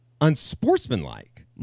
unsportsmanlike